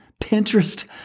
Pinterest